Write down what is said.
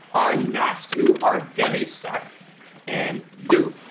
our last two are demi-sec and doux.